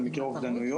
על מקרי אובדנות,